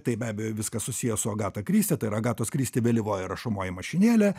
tai be abejo viskas susiję su agata kristi tai yra agatos kristi vėlyvoji rašomoji mašinėlė